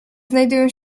znajdują